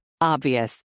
Obvious